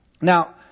Now